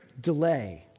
delay